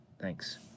Thanks